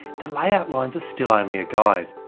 the layout lines are still only a guide.